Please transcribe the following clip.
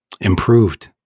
Improved